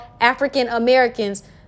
African-Americans